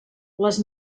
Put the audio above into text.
les